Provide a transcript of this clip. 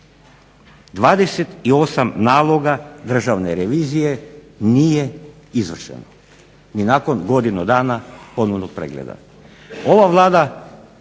28 naloga Državne revizije nije izvršen, ni nakon godine dana ponovnog pregleda.